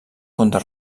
contra